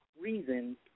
reason